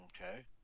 Okay